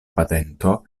patento